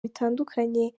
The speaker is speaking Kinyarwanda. bitandukanye